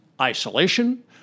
isolation